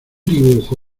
dibujo